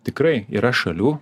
tikrai yra šalių